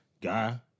guy